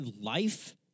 life